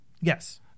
Yes